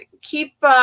keep